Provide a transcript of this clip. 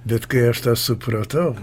bet kai aš tą supratau